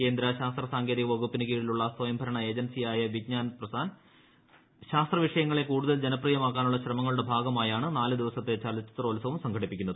കേന്ദ്ര ശാസ്ത്ര സാങ്കേതിക വകുപ്പിന് കീഴിലുള്ള സ്വയം ഭരണ ഏജൻസിയായ വിജ്ഞാന പ്രസാർ ശാസ്ത്ര വിഷയങ്ങളെ കൂടുതൽ ജനപ്രിയമാക്കാനുള്ള ശ്രമങ്ങളുടെ ഭാഗമായാണ് നാല് ദിവസത്തെ ചലച്ചിത്രോത്സവം സംഘടിപ്പിക്കുന്നത്